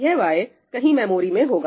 यह y कहीं memory में होगा